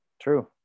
True